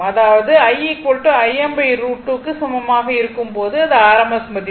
அதாவது I Im√2 க்கு சமமாக இருக்கும் போது அது rms மதிப்பு